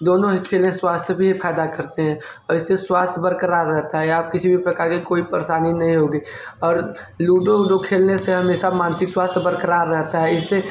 दोनों ही खेल स्वास्थ भी फ़ायदा करते हैं उससे स्वास्थय बरकरार रहता है या आप किसी भी प्रकार की कोई परेशानी नहीं होगी और लूडो वुडो खेलने से हमेशा मानसिक स्वास्थय बरकरार रहता है इससे